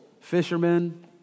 fishermen